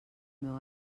meu